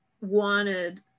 wanted